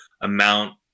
amount